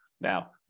Now